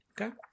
Okay